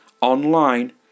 online